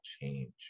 change